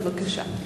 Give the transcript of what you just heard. בבקשה.